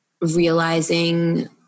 realizing